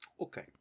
Okay